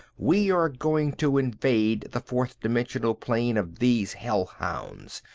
we are going to invade the fourth-dimensional plane of these hellhounds.